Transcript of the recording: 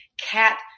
cat